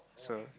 so